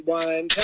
one